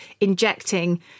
injecting